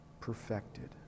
perfected